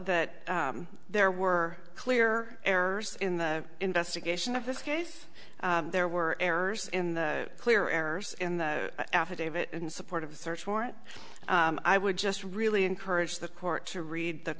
that there were clear errors in the investigation of this case there were errors in the clear errors in the affidavit in support of a search warrant i would just really encourage the court to read the